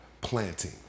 planting